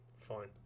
fine